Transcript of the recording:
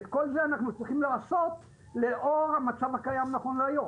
ואת כל זה אנחנו צריכים לעשות לאור המצב הקיים נכון להיום.